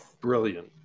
brilliant